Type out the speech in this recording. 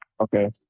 Okay